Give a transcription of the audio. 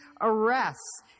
arrests